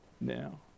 now